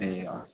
ए हजुर